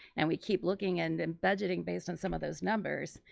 and we keep looking and and budgeting based on some of those numbers,